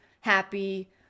happy